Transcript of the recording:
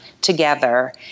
together